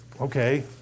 okay